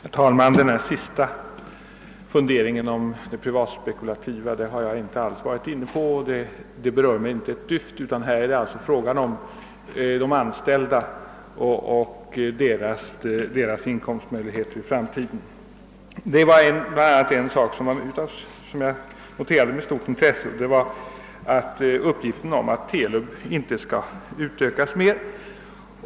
Herr talman! Den senaste funderingen som vi hörde om det privatspekulativa intresset har jag inte alls varit inne på — det berör mig inte ett dyft — utan vad frågan här gäller är de anställda och deras inkomstmöjligheter i framtiden. Det var bl.a. en uppgift som jag noterade med stort intresse, nämligen att TELUB inte skall utökas mera.